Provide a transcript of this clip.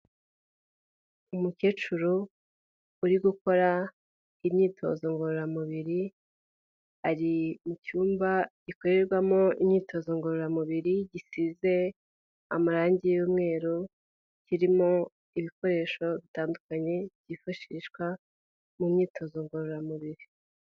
Umukecuru uri gukora imyitozo ngororamubiri, ari mu cyumba gikorerwamo imyitozo ngororamubiri gisize amarangi y'umweru, kirimo ibikoresho bitandukanye byifashishwa mu myitozo ngororamubiri.